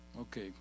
Okay